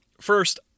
First